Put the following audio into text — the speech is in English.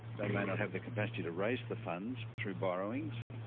they may not have the capacity to raise the funds through borrowings,